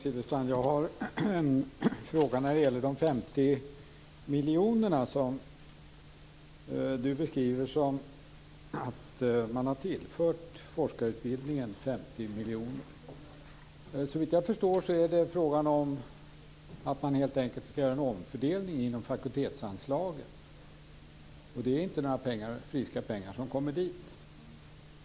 Fru talman! Jag har en fråga när det gäller de 50 miljonerna. Bengt Silfverstrand beskriver det som att man har tillfört forskarutbildningen 50 miljoner kronor. Men såvitt jag förstår är det fråga om att man helt enkelt skall göra en omfördelning inom fakultetsanslagen. Det är inte några friska pengar som kommer dit.